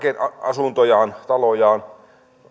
asuntojaan talojaan